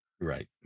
Right